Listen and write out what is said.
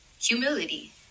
humility